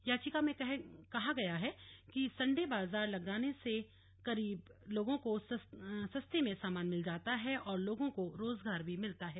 याचिका में कह गया है कि संडे बाजार लगाने से गरीब लोगों को सस्ते में सामान मिल जाता है और लोगों को रोजगार भी मिलता है